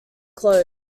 closed